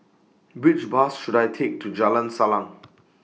Which Bus should I Take to Jalan Salang